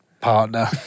partner